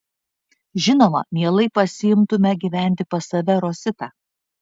žinoma mielai pasiimtume gyventi pas save rositą